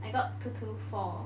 I got two two four